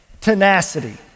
tenacity